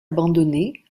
abandonnée